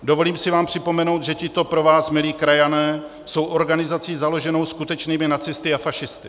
Dovolím si vám připomenout, že tito pro vás milí krajané jsou organizací založenou skutečnými nacisty a fašisty.